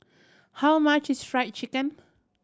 how much is Fried Chicken